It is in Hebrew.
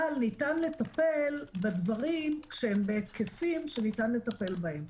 אבל ניתן לטפל בדברים כשהם בהיקפים שניתן לטפל בהם.